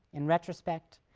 in retrospect,